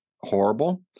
horrible